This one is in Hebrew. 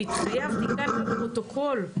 והתחייבתי כאן לפרוטוקול,